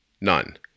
None